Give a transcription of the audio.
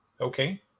Okay